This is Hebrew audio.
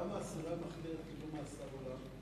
כמה מאסירי המחתרת קיבלו מאסר עולם?